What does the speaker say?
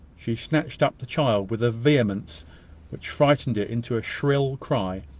she snatched up the child with a vehemence which frightened it into a shrill cry.